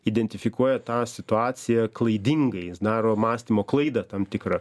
identifikuoja tą situaciją klaidingai jis daro mąstymo klaidą tam tikrą